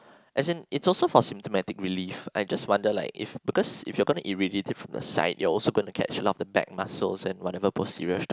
as in it's also for symptomatic relief I just wonder like because if you're gonna irradiate from the side you're also gonna catch along the back muscles and whatever posterior structures